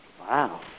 Wow